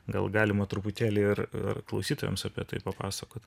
gal galima truputėlį ir klausytojams apie tai papasakoti